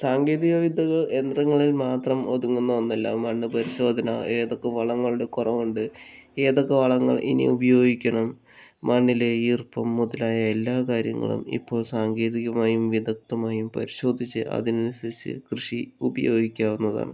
സാങ്കേതികവിദ്യകൾ യന്ത്രങ്ങളിൽ മാത്രം ഒതുങ്ങുന്ന ഒന്നല്ല മണ്ണ് പരിശോധന ഏതൊക്കെ വളങ്ങളുടെ ഏതൊക്കെ വളങ്ങൾ ഇനി ഉപയോഗിക്കണം മണ്ണിലെ ഈർപ്പം മുതലായ എല്ലാ കാര്യങ്ങളും ഇപ്പോൾ സാങ്കേതികമായും വിദഗ്ധമായും പരിശോധിച്ച് അതിനനുസരിച്ച് കൃഷി ഉപയോഗിക്കാവുന്നതാണ്